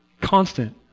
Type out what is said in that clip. constant